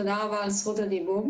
תודה רבה על זכות הדיבור.